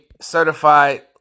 Certified